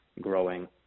growing